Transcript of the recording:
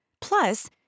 Plus